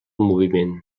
moviment